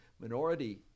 minority